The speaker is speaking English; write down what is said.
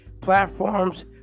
platforms